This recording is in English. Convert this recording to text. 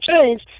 change